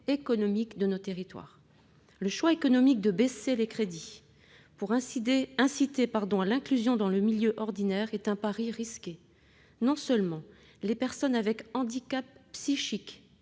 économiques de nos territoires. Le choix économique de baisser les crédits pour inciter à l'inclusion dans le milieu ordinaire est un pari risqué. Non seulement les personnes avec handicap psychique